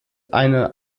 eine